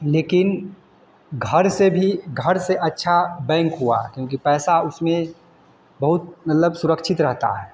लेकिन घर से भी घर से अच्छा बैंक हुआ क्योंकि पैसा उसमें बहुत मतलब सुरक्षित रहते हैं